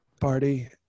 party